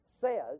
says